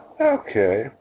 Okay